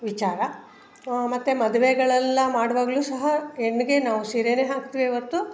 ವಿಚಾರ ಮತ್ತು ಮದುವೆಗಳೆಲ್ಲ ಮಾಡುವಾಗಲೂ ಸಹ ಹೆಣ್ಣಿಗೆ ನಾವು ಸೀರೆನೇ ಹಾಕ್ತೇವೆ ಹೊರ್ತು